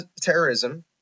terrorism